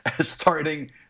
starting